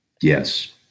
Yes